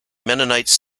mennonites